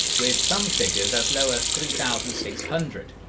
with some figures as low as three thousand six hundred,